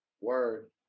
Word